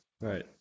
right